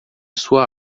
sua